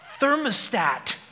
thermostat